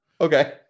okay